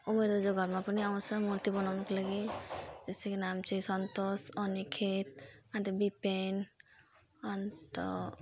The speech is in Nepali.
अमीर दाजुको घरमा पनि आउँछ मूर्ति बनाउनुको लागि जस्तै कि नाम चाहिँ सन्तोष अनिकेत अन्त बिपेन अन्त